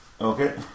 Okay